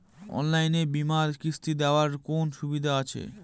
অনলাইনে বীমার কিস্তি দেওয়ার কোন সুবিধে আছে?